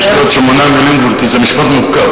יש לי עוד שמונה מלים, גברתי, זה משפט מורכב.